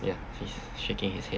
ya he's shaking his head